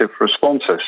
responses